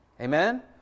Amen